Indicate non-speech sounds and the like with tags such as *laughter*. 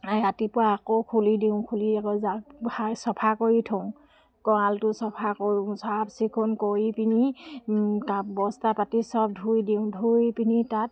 ৰাতিপুৱা আকৌ খুলি দিওঁ খুলি আকৌ *unintelligible* চফা কৰি থওঁ গঁৰালটো চফা কৰোঁ চাফ চিকুণ কৰি পিনি তাত বস্তা পাতি চব ধুই দিওঁ ধুই পিনে তাত